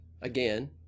again